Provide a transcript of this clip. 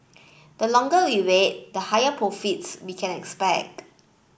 the longer we wait the higher profits we can expect